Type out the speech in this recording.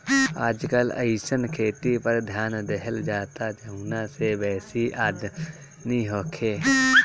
आजकल अइसन खेती पर ध्यान देहल जाता जवना से बेसी आमदनी होखे